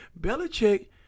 Belichick